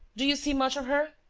do you see much of her?